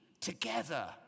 together